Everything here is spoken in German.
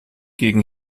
gegen